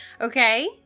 okay